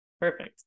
Perfect